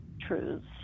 truths